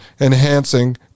enhancing